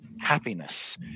Happiness